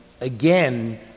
again